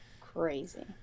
crazy